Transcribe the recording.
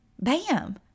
bam